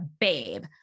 babe